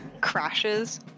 crashes